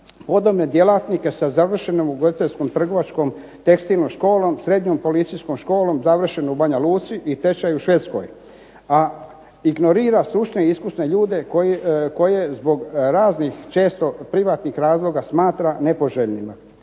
se./… djelatnike sa završenom ugostiteljskom, trgovačkom, tekstilnom školom, srednjim policijskom školom završeno u Banja Luci, i tečaj u Švedskoj, a ignorira stručne i iskusne ljude koje zbog raznih često privatnih razloga smatra nepoželjnima.